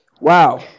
Wow